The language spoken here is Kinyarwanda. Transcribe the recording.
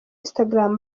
instagram